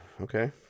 okay